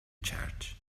changed